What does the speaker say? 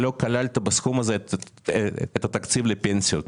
שלא כללת בסכום הזה את התקציב לפנסיות,